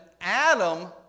Adam